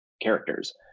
characters